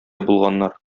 булганнар